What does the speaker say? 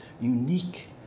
unique